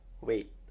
wait